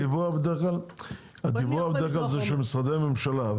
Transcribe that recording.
הדיווח בדרך כלל הוא של משרדי הממשלה,